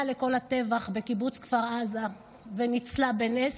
לכל הטבח בקיבוץ כפר עזה וניצלה בנס,